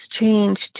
changed